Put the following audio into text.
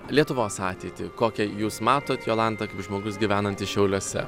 lietuvos ateitį kokią jūs matot jolanta kaip žmogus gyvenantis šiauliuose